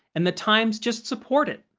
and the times just support it.